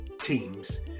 teams